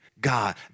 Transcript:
God